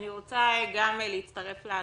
אני רוצה גם להצטרף לתודות,